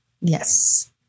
Yes